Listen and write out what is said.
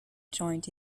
joint